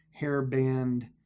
hairband